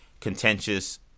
contentious